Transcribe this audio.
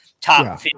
top